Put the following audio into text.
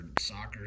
soccer